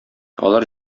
алар